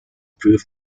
proved